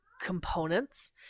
components